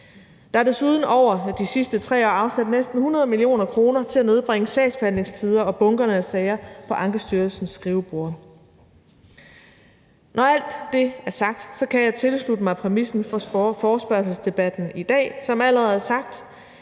Der er desuden over de sidste 3 år afsat næsten 100 mio. kr. til at nedbringe sagsbehandlingstider og bunkerne af sager på Ankestyrelsens skriveborde. Når alt det er sagt, kan jeg tilslutte mig præmissen for forespørgselsdebatten i dag. Som allerede sagt